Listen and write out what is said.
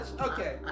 Okay